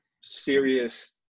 serious